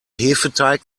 hefeteig